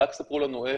רק ספרו לנו איך,